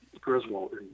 Griswold